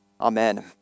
Amen